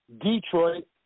Detroit